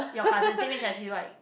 your cousin same age as you right